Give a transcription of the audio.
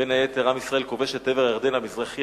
בין היתר עם ישראל כובש את עבר הירדן המזרחי,